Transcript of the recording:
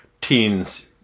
teens